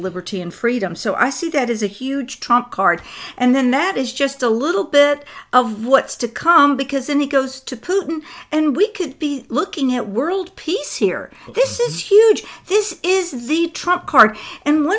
liberty and freedom so i see that as a huge trump card and then that is just a little bit of what's to come because in he goes to putin and we could be looking at world peace here this is huge this is the trump card and